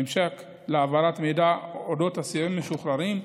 ממשק להעברת מידע על אודות אסירים משוחררים,